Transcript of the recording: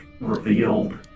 revealed